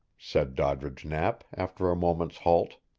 said doddridge knapp after a moment's halt.